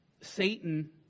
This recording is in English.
Satan